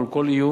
מול כל איום.